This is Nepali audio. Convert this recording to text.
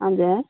हजुर